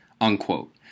unquote